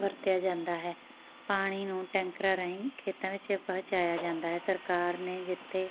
ਵਰਤਿਆ ਜਾਂਦਾ ਹੈ ਪਾਣੀ ਨੂੰ ਟੈਂਕਰਾਂ ਰਾਹੀਂ ਖੇਤਾਂ ਵਿੱਚ ਪਹੁੰਚਾਇਆ ਜਾਂਦਾ ਹੈ ਸਰਕਾਰ ਨੇ ਜਿੱਥੇ